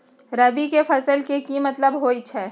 रबी फसल के की मतलब होई छई?